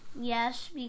Yes